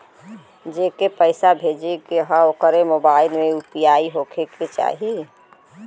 जेके पैसा भेजे के ह ओकरे मोबाइल मे भी यू.पी.आई होखे के चाही?